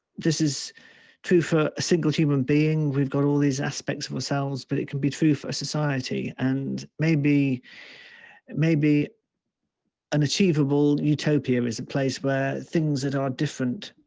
this is true for a single human being. we've got all these aspects of ourselves but it can be true for society. and maybe maybe an achievable utopia is a place where things that are different